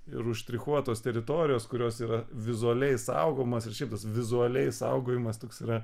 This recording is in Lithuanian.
ir užšrichuotos teritorijos kurios yra vizualiai saugomos ir šiaip tas tas vizualiai saugojimas toks yra